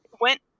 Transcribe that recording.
went